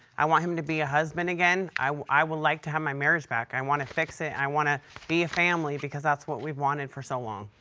i want him to be a husband again. i would like to have my marriage back. i want to fix it. i want to be a family because that's what we've wanted for so long.